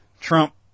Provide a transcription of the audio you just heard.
Trump